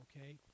Okay